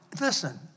Listen